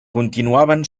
continuaven